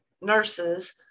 nurses